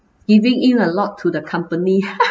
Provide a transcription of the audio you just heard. giving in a lot to the company